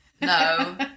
No